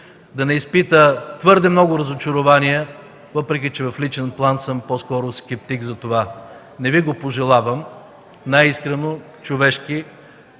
да не изпита твърде много разочарования, въпреки че в личен план съм по-скоро скептик за това. Не Ви го пожелавам, най-искрено, човешки.